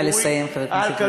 נא לסיים, חבר הכנסת מיקי לוי.